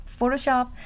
Photoshop